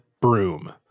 broom